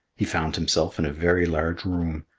he found himself in a very large room.